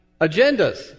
agendas